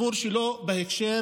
הנושא בהקשר